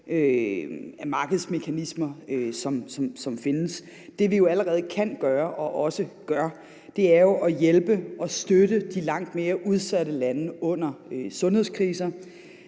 markedsmekanismer, som findes. Det, vi allerede kan gøre og også gør, er jo at hjælpe og støtte de langt mere udsatte lande under sundhedskriser.